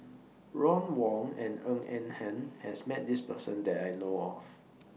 Ron Wong and Ng Eng Hen has Met This Person that I know of